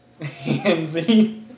Handsy